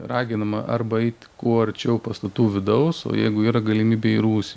raginama arba eit kuo arčiau pastatų vidaus o jeigu yra galimybė į rūsį